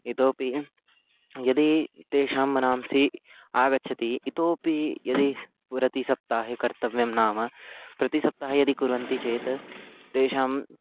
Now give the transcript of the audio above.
इतोपि यदि तेषां मनांसि आगच्छति इतोऽपि यदि प्रति सप्ताहे कर्तव्यं नाम प्रतिसप्ताहे यदि कुर्वन्ति चेत् तेषाम्